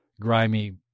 grimy